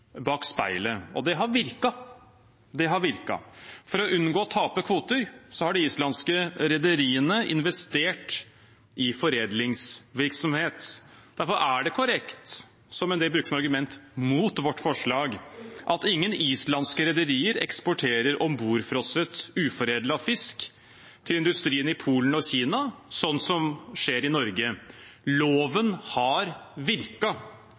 Og det har virket! For å unngå å tape kvoter har de islandske rederiene investert i foredlingsvirksomhet. Derfor er det korrekt, som en del bruker som argument mot vårt forslag, at ingen islandske rederier eksporterer ombordfrosset, uforedlet fisk til industrien i Polen og Kina, sånn som det skjer i Norge. Loven har